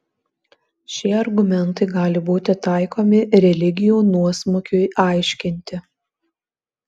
šie argumentai gali būti taikomi religijų nuosmukiui aiškinti